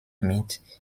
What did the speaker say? meat